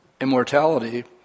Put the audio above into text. immortality